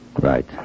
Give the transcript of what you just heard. Right